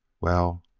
well,